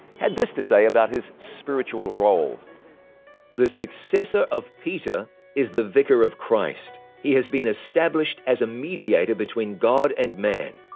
had this to say about his spiritual role the successor of peter is the vicar of christ he has been established as a mediator between god and man,